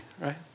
right